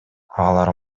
алар